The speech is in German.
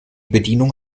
bedienung